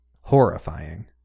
horrifying